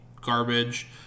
garbage